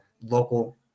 local